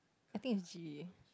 I think its G